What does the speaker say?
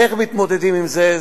איך מתמודדים עם זה?